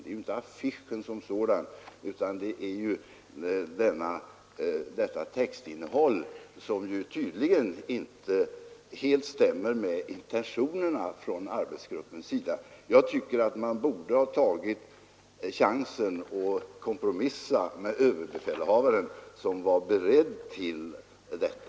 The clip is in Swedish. Det är ju inte affischen som sådan det är fråga om, utan detta textinnehåll, som tydligen inte helt stämmer med intentionerna från arbetsgruppens sida. Jag tycker att man borde ha tagit chansen att kompromissa med överbefälhavaren, som var beredd till detta.